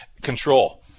Control